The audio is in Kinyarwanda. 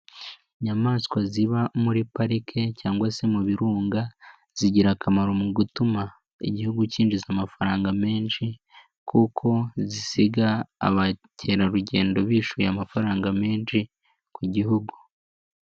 Inyamaswa ziba muri parike cyangwa se mu birunga zigira akamaro mu gutuma igihugu kinjiza amafaranga menshi kuko zisiga abakerarugendo bishuye amafaranga menshi ku gihugu.